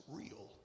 real